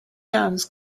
nouns